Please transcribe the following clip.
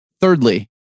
thirdly